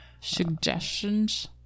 suggestions